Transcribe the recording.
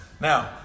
Now